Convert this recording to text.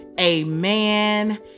amen